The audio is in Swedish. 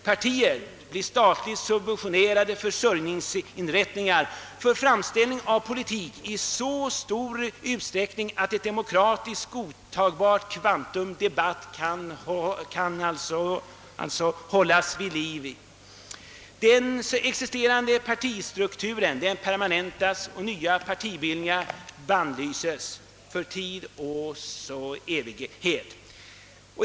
Partier blir statligt subventionerade försörjningsinrättningar för framställning av politik i så stor utsträckning att ett demokratiskt godtagbart kvantum debatt hålles vid liv i folkhemmet. Den existerande partistrukturen permanentas — nya partibildningar bannlyses för tid och evighet.